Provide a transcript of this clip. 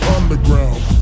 Underground